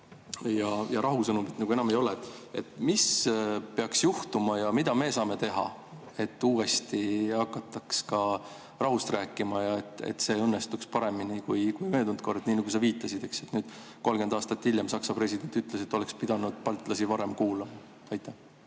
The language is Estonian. Ja rahusõnumit nagu enam ei ole. Mis peaks juhtuma ja mida me saame teha, et uuesti hakataks ka rahust rääkima ja et see õnnestuks paremini kui möödunud kord? Nii nagu sa viitasid, eks, et nüüd, 30 aastat hiljem, Saksa president ütles, et oleks pidanud baltlasi varem kuulama. Aitäh,